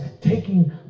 taking